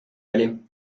oli